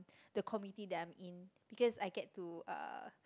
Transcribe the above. the committee that I'm in because I get to uh